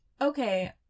okay